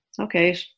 okay